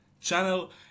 channel